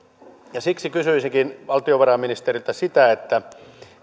ja siksi kysyisinkin valtiovarainministeriltä sitä